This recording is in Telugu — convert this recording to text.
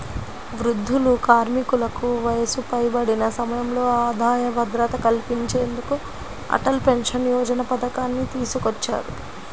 వృద్ధులు, కార్మికులకు వయసు పైబడిన సమయంలో ఆదాయ భద్రత కల్పించేందుకు అటల్ పెన్షన్ యోజన పథకాన్ని తీసుకొచ్చారు